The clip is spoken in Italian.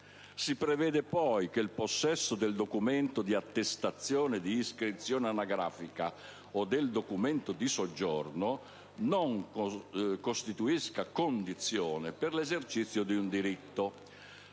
Si prevede poi che il possesso del documento di attestazione d'iscrizione anagrafica o del documento di soggiorno non costituisca condizione per l'esercizio di un diritto.